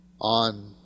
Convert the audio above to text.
on